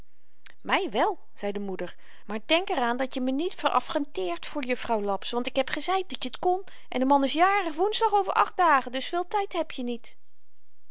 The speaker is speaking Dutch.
my wel zei de moeder maar denk er aan dat je me niet veraffrenteert voor jufvrouw laps want ik heb gezeid dat je t kon en de man is jarig woensdag over acht dagen dus veel tyd heb je niet